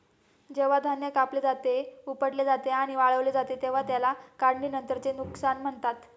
जेव्हा धान्य कापले जाते, उपटले जाते आणि वाळवले जाते तेव्हा त्याला काढणीनंतरचे नुकसान म्हणतात